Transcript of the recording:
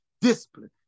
discipline